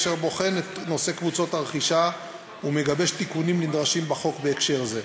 אשר בוחן את נושא קבוצות הרכישה ומגבש תיקונים נדרשים בחוק בהקשר זה.